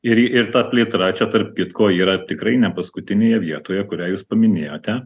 ir ir ta plėtra čia tarp kitko yra tikrai nepaskutinėje vietoje kurią jūs paminėjote